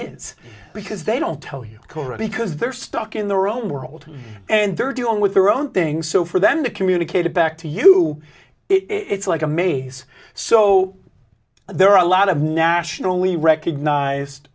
is because they don't tell you because they're stuck in their own world and they're doing with their own thing so for them to communicate back to you it's like a maze so there are a lot of nationally recognized